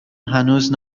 هنوز